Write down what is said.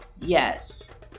Yes